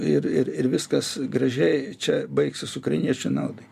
ir ir ir viskas gražiai čia baigsis ukrainiečių naudai